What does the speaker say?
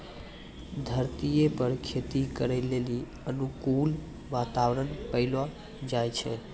धरतीये पर खेती करै लेली अनुकूल वातावरण पैलो जाय छै